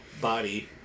body